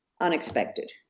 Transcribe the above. unexpected